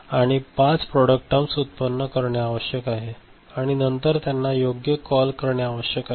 आणि पाच product terms उत्पन्न करणे आवश्यक आहे आणि नंतर त्यांना योग्य कॉल करणे आवश्यक आहे